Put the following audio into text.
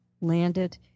landed